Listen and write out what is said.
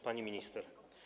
Pani Minister!